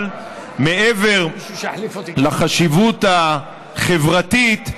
אבל מעבר לחשיבות החברתית,